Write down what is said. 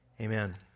amen